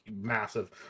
massive